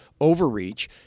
overreach